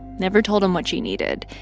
never told him what she needed,